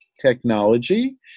Technology